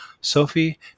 Sophie